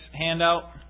handout